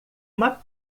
uma